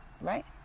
Right